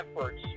efforts